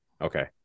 Okay